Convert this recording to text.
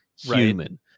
human